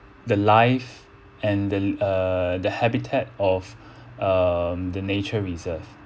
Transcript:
the life and the uh the habitat of um the nature reserve